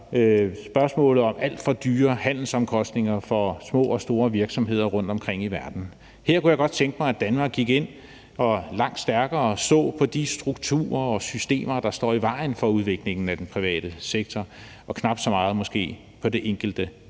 spørgsmålet om alt for høje handelsomkostninger for små og store virksomheder rundtomkring i verden. Her kunne jeg godt tænke mig at Danmark gik ind og så langt mere indgående på de strukturer og systemer, der står i vejen for udviklingen af den private sektor, og knap så meget måske på det enkelte